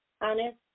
honest